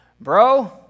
bro